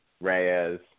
Reyes